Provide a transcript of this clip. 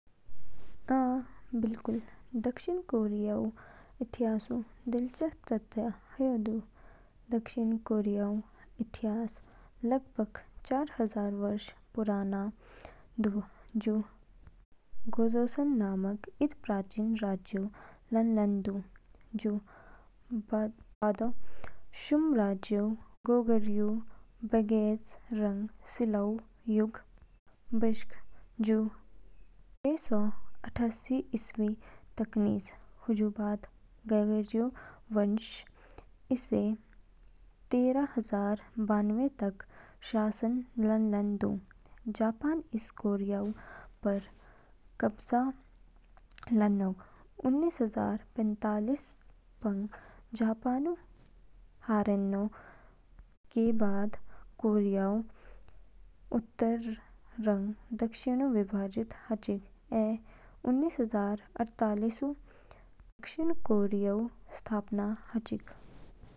अ, बिल्कुल। दक्षिण कोरियाऊ इतिहासऊ दिलचस्प तथ्य ह्यू दू। दक्षिण कोरियाऊ इतिहास लगभग चार हजार वर्ष पुराना दू, जू गोजोसॉन नामक इद प्राचीन राज्य लानलान दू। जू बादो, शुम राज्यों गोगुर्यो, बैक्जे रंग सिलाऊ युग बशक, जू छ सौ अडसठ ईस्वी तक निज। हजू बाद, गोर्यो राजवंश इस तेरह हजार बानवे तक शासन लानलान दू, जापान इस कोरियाऊ पर कब्जा लानोग। उन्निस हजार पैतालीस पंग जापानऊ हारेनो के बाद, कोरियाऊ उत्तर रंग दक्षिणऊ विभाजित हाचिग, ऐ उन्निस हजार अड़तालीस इसु दक्षिण कोरियाऊ स्थापना हाचिग।